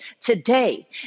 today